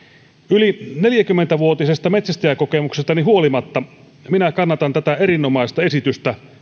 yli neljäkymmentä vuotisesta metsästäjäkokemuksestani huolimatta minä kannatan tätä erinomaista esitystä